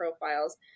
profiles